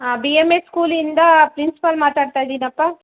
ಹಾಂ B M S ಸ್ಕೂಲಿಂದ principal ಮಾತಾಡ್ತಾಯಿದ್ದೀನಪ್ಪ